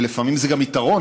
ולפעמים זה גם יתרון,